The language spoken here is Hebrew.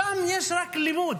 שם יש רק לימוד.